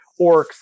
orcs